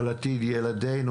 על עתיד ילדנו,